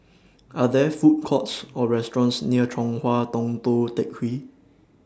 Are There Food Courts Or restaurants near Chong Hua Tong Tou Teck Hwee